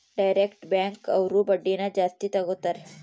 direct bank ಅವ್ರು ಬಡ್ಡಿನ ಜಾಸ್ತಿ ತಗೋತಾರೆ